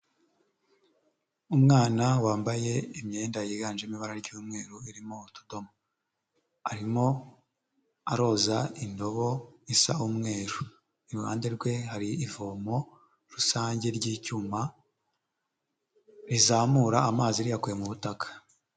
Umwana wambaye imyenda yiganjemo ibara ry'umweru irimo utudomo, arimo aroza indobo isa umweru, iruhande rwe hari ivomo rusange ry'icyuma rizamura amazi riyakuye mu butaka.